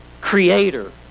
creator